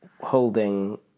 holding